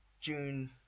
June